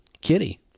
Kitty